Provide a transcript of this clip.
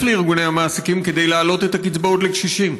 לארגוני המעסיקים כדי להעלות את הקצבאות לקשישים?